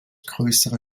größerer